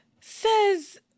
says